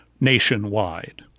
nationwide